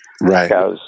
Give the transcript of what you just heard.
Right